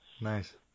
nice